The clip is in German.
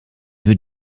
wird